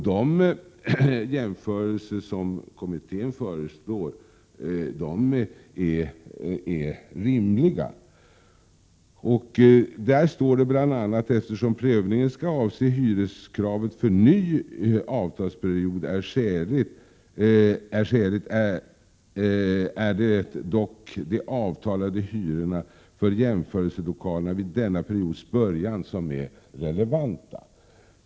De jämförelser som kommittén föreslår är rimliga. Det står bl.a. att det eftersom prövningen skall avse hyreskravet för ny avtalsperiod är det de avtalade hyrorna för jämförelselokalerna vid denna periods början som är relevanta.